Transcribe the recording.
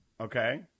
Okay